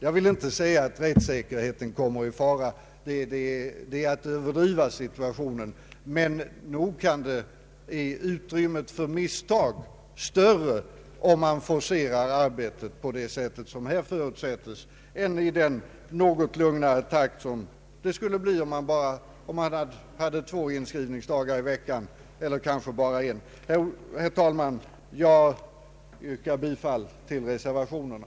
Jag vill inte påstå att rättssäkerheten kommer i fara, det är att överdriva situtionen. Men nog kan det göra utrymmet för misstag större om man forcerar arbetet på det sättet som här förutsättes jämfört med den något lugnare takt det skulle bli med en eller två inskrivningsdagar i veckan. Herr talman! Jag ber att få yrka bifall till reservationerna.